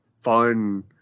fun